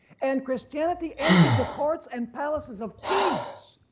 and christianity entered the courts and palaces of kings,